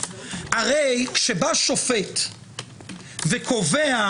הרי כשבא שופט וקובע